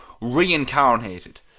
reincarnated